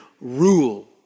rule